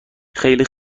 خیلی